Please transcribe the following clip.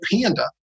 Panda